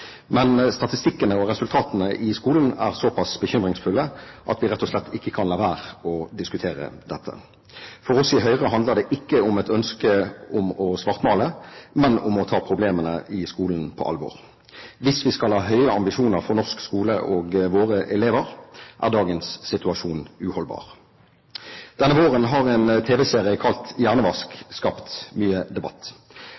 men statistikkene og resultatene i skolen er såpass bekymringsfulle at vi rett og slett ikke kan la være å diskutere dette. For oss i Høyre handler det ikke om et ønske om å svartmale, men om å ta problemene i skolen på alvor. Hvis vi skal ha høye ambisjoner for norsk skole og våre elever, er dagens situasjon uholdbar. Denne våren har en TV-serie kalt